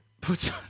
puts